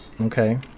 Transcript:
Okay